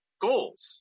goals